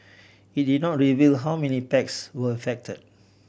it did not reveal how many packs were affect